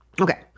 Okay